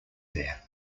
there